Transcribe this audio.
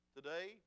Today